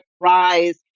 rise